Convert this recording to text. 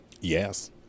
yes